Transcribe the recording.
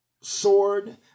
sword